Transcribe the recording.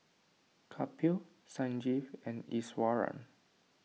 Kapil Sanjeev and Iswaran